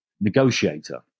negotiator